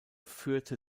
führte